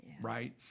right